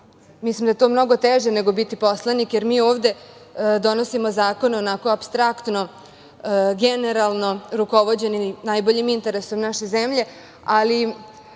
Mislim da je to mnogo teže nego biti poslanik, jer mi ovde donosimo zakone apstraktno, generalno rukovođeni najboljim interesom naše zemlje, ali